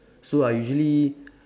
so I usually